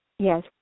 Yes